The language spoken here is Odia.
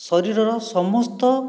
ଶରୀରର ସମସ୍ତ